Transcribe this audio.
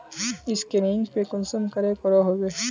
Scanning पे कुंसम करे करो होबे?